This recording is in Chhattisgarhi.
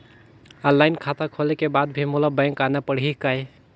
ऑनलाइन खाता खोले के बाद भी मोला बैंक आना पड़ही काय?